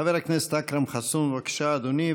חבר הכנסת אכרם חסון, בבקשה, אדוני.